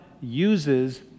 uses